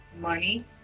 money